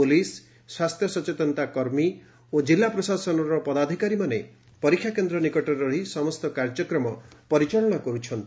police ସ୍ୱାସ୍ଥ୍ୟ ସଚେତନତା କର୍ମୀ ଓ କିଲ୍ଲା ପ୍ରଶାସନ ପଦାଧକକାରୀମାନେ ପରୀକ୍ଷା କେନ୍ଦ ନିକଟରେ ରହି ସମସ୍ତ କାର୍ଯ୍ୟକ୍ରମ ପରିଚାଳନା କରୁଛନ୍ତି